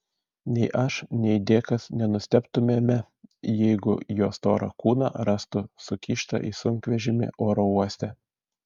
nei aš nei dėkas nenustebtumėme jeigu jo storą kūną rastų sukištą į sunkvežimį oro uoste